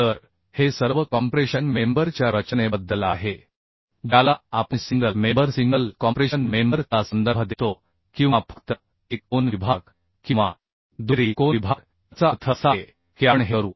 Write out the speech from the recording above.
तर हे सर्व कॉम्प्रेशन मेंबर च्या रचनेबद्दल आहे ज्याला आपण single member single compression member चा संदर्भ देतो किंवा फक्त एक कोन विभाग किंवा दुहेरी कोन विभाग याचा अर्थ असा आहे की आपण हे करू